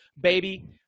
baby